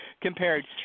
compared